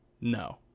No